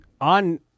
On